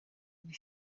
iri